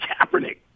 Kaepernick